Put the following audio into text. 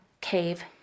cave